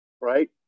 right